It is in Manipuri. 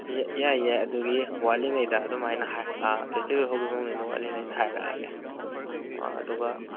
ꯌꯥꯏ ꯌꯥꯏ ꯑꯗꯨꯒꯤ ꯋꯥꯠꯂꯤꯉꯩꯗ ꯑꯗꯨꯃꯥꯏꯅ ꯑꯥ ꯐꯦꯁꯇꯤꯕꯦꯜ ꯍꯧꯗꯧꯕ ꯅꯣꯡ ꯅꯤꯅꯤ ꯋꯥꯠꯂꯤꯉꯩꯗ ꯍꯥꯏꯔꯛꯑꯒꯦ ꯑꯗꯨꯒ